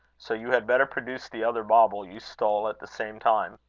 so you had better produce the other bauble you stole at the same time.